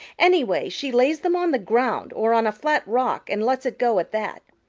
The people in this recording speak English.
anyway, she lays them on the ground or on a flat rock and lets it go at that.